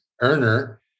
earner